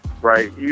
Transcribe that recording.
Right